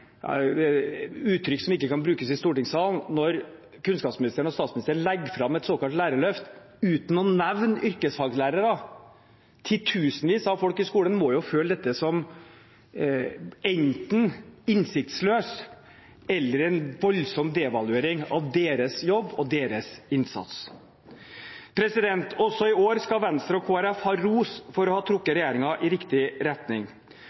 ja, til uttrykk som ikke kan brukes i stortingssalen, når kunnskapsministeren og statsministeren legger fram et såkalt lærerløft uten å nevne yrkesfaglærere. Titusenvis av folk i skolen må føle dette som enten innsiktsløst eller en voldsom devaluering av deres jobb og deres innsats. Også i år skal Venstre og Kristelig Folkeparti ha ros for å ha trukket regjeringen i riktig retning.